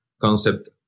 concept